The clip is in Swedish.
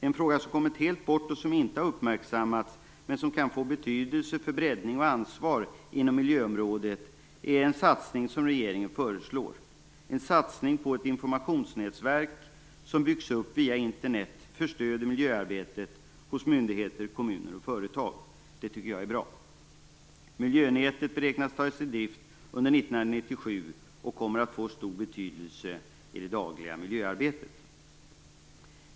En fråga som helt kommit bort och inte uppmärksammats är en satsning som regeringen föreslår. Den kan få betydelse för breddning och ansvar inom miljöområdet. Det är en satsning på ett informationsnätverk som byggs upp via Internet för stöd i miljöarbetet på myndigheter, i kommuner och företag. Det tycker jag är bra. Miljönätet beräknas tas i drift under 1997 och kommer att få stor betydelse i det dagliga miljöarbetet.